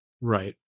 Right